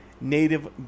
Native